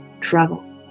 travel